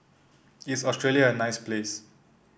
is Australia a nice place